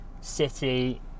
city